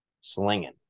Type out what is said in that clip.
slinging